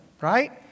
right